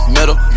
Middle